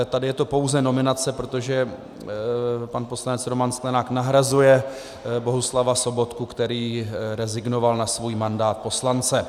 Tady je to pouze nominace, protože pan poslanec Roman Sklenák nahrazuje Bohuslava Sobotku, který rezignoval na svůj mandát poslance.